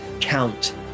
count